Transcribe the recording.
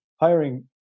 hiring